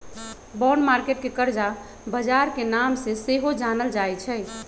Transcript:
bond market के करजा बजार के नाम से सेहो जानल जाइ छइ